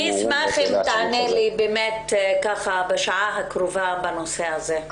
אני אשמח אם תענה לי בשעה הקרובה בנושא הזה.